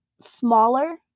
smaller